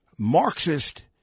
Marxist